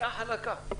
נסיעה חלקה.